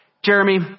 Jeremy